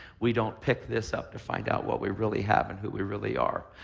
we don't pick this up to find out what we really have and who we really are.